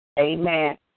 Amen